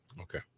Okay